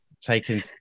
taking